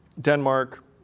Denmark